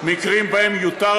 אנחנו מתקדמים